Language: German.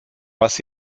was